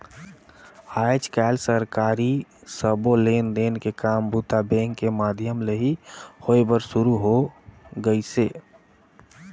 आयज कायल सरकारी सबो लेन देन के काम बूता बेंक के माधियम ले ही होय बर सुरू हो गइसे